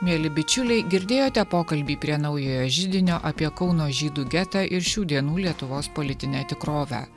mieli bičiuliai girdėjote pokalbį prie naujojo židinio apie kauno žydų getą ir šių dienų lietuvos politinę tikrovę